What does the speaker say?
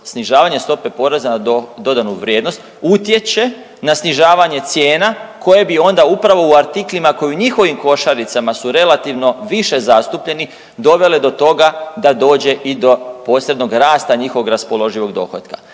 snižavanje stope poreza na dodanu vrijednost utječe na snižavanje cijena koje bi onda upravo u artiklima koji su u njihovim košaricama relativno više zastupljeni dovele do toga da dođe i do posebnog rasta njihovog raspoloživog dohotka.